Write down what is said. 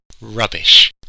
Rubbish